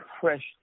fresh